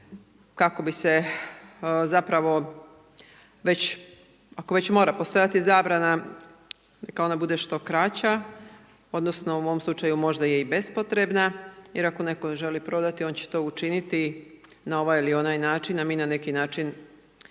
kako bi se zapravo već ako već mora postojati zabrana neka ona bude što kraća, odnosno u mom slučaju možda je i bespotrebna jer ako netko želi prodati on će to učiniti na ovaj ili onaj način a mi na neki način ljude